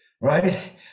right